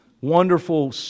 wonderful